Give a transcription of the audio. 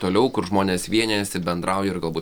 toliau kur žmonės vienijasi bendrauja ir galbūt